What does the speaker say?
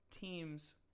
teams